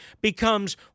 becomes